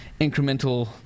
incremental